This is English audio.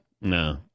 no